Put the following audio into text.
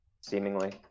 Seemingly